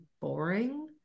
boring